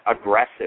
aggressive